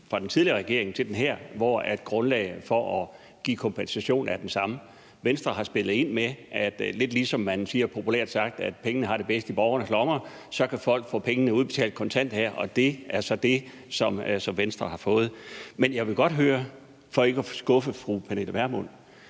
fra den tidligere regering til den her, hvor at grundlaget for at give kompensation er det samme. Venstre har spillet ind med, at pengene – som man siger lidt populært – har det bedst i borgernes lommer. Så kan folk få pengene udbetalt kontant her, og det er så det, som Venstre har fået. Men jeg vil godt høre, for ikke at skuffe fru Pernille Vermund: